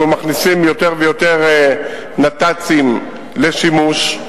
מכניסים יותר ויותר נת"צים לשימוש.